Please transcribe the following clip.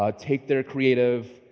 ah take their creative,